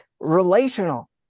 relational